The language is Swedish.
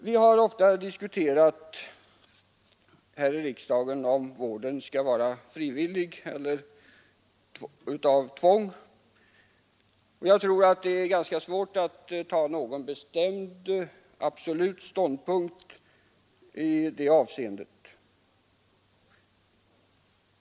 Vi har ofta här i riksdagen diskuterat om vården skall vara frivillig eller om den skall bedrivas under tvång. Jag tror att det är ganska svårt att ta någon bestämd ståndpunkt i det avseendet.